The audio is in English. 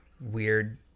weird